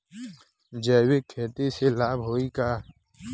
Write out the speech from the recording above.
जैविक खेती से लाभ होई का?